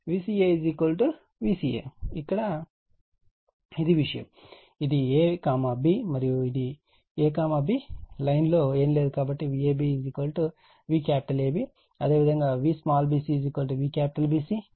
ఇక్కడ ఇది అదే విషయం ఇది A B మరియు ab లైన్లో ఏమీ లేదు కాబట్టి Vab VAB అదేవిధంగా Vbc VBC Vca VCA